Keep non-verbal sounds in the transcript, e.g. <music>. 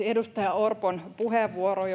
<unintelligible> edustaja orpon puheenvuoroon <unintelligible>